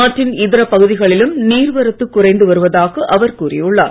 ஆற்றின் இதர பகுதிகளிலும் நீர் வரத்து குறைந்து வருவதாக அவர் கூறியுள்ளார்